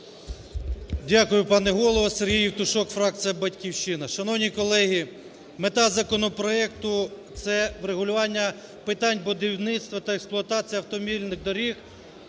Дякую, пане Голово. Сергій Євтушок, фракція "Батьківщина". Шановні колеги, мета законопроекту – це врегулювання питань будівництва та експлуатації автомобільних доріг